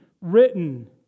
written